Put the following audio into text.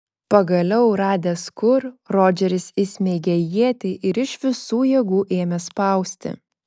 pagaliau radęs kur rodžeris įsmeigė ietį ir iš visų jėgų ėmė spausti